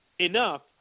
enough